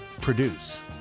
produce